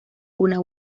una